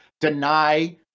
deny